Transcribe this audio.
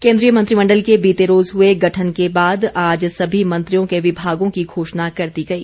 केन्द्रीय मंत्रिमण्डल के बीते रोज़ हुए गठन के बाद आज सभी मंत्रियों के विभागों की घोषणा कर दी गई